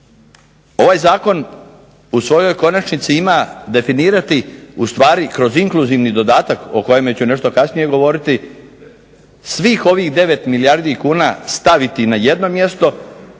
Ovaj zakon u svojoj konačnici ima definirati u stvari kroz inkluzivni dodatak o kojem ću nešto kasnije govoriti svih ovih 9 milijardi kuna staviti na jedno mjesto,